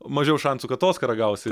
mažiau šansų kad oskarą gausi